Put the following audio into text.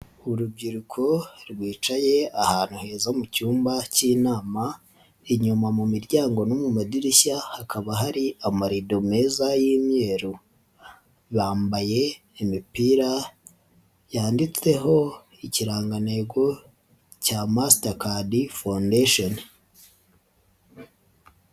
Urubyiruko rwicaye ahantu heza mu cyumba k'inama, inyuma mu miryango no mu madirishya hakaba hari amarido meza y'imyeru, bambaye imipira yanditseho ikirangantego cya Mastercard foundation.